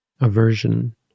aversion